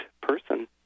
person